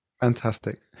Fantastic